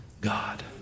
God